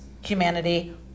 humanity